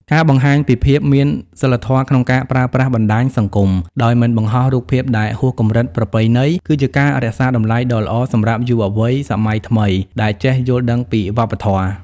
ការបង្ហាញពីភាព "មានសីលធម៌ក្នុងការប្រើប្រាស់បណ្ដាញសង្គម" ដោយមិនបង្ហោះរូបភាពដែលហួសកម្រិតប្រពៃណី គឺជាការរក្សាតម្លៃដ៏ល្អសម្រាប់យុវវ័យសម័យថ្មីដែលចេះយល់ដឹងពីវប្បធម៌។